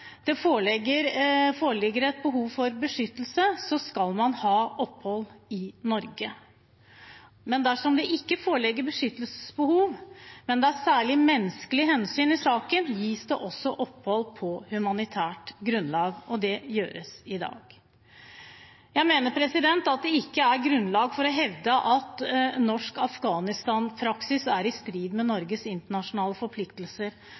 det foreligger et behov for beskyttelse, skal man ha opphold i Norge. Dersom det ikke foreligger beskyttelsesbehov, men det er særlige menneskelige hensyn i saken, gis det også opphold på humanitært grunnlag, og det gjøres i dag. Jeg mener at det ikke er grunnlag for å hevde at norsk Afghanistan-praksis er i strid med Norges internasjonale forpliktelser.